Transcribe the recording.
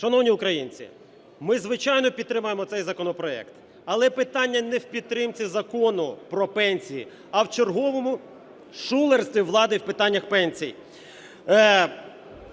Шановні українці, ми, звичайно, підтримаємо цей законопроект, але питання не в підтримці Закону про пенсії, а в черговому шулерстві влади в питаннях пенсій.